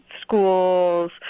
schools